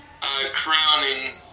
crowning